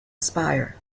spire